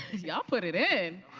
y'all put it in.